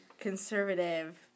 conservative